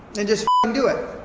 and just um do it.